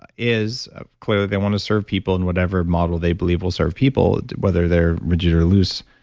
ah is ah clearly they want to serve people in whatever model they believe will serve people whether they're rigid or loose,